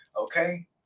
Okay